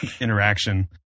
interaction